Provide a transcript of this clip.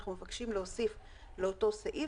אנחנו מבקשים להוסיף לאותו סעיף,